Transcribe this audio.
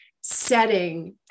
setting